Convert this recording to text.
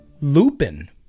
Lupin